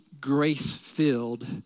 grace-filled